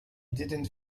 didn’t